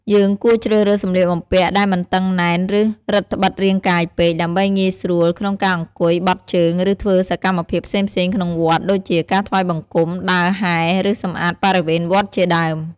យើងគួរជ្រើសរើសសម្លៀកបំពាក់ដែលមិនតឹងណែន ឬរឹតត្បិតរាងកាយពេក ដើម្បីងាយស្រួលក្នុងការអង្គុយ បត់ជើង ឬធ្វើសកម្មភាពផ្សេងៗក្នុងវត្ត ដូចជាការថ្វាយបង្គំ ដើរហែរ ឬសម្អាតបរិវេណវត្តជាដើម។